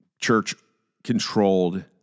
church-controlled